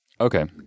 Okay